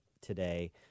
today